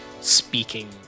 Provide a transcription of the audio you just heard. speaking